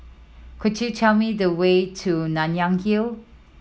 could you tell me the way to Nanyang Hill